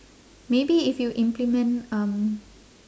maybe if you implement um